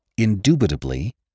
indubitably